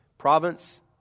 province